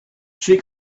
she